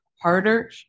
harder